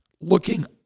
looking